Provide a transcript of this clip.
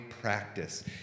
practice